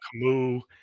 Camus